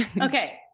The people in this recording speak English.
Okay